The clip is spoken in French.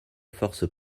forces